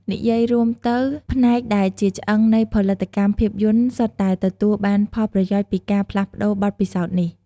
និយាយរួមទៅ ផ្នែកដែលជាឆ្អឹងនៃផលិតកម្មភាពយន្ត សុទ្ធតែទទួលបានផលប្រយោជន៍ពីការផ្លាស់ប្តូរបទពិសោធន៍នេះ។